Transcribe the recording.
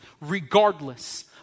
regardless